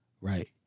right